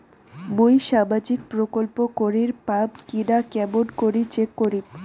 মুই সামাজিক প্রকল্প করির পাম কিনা কেমন করি চেক করিম?